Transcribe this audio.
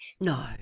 No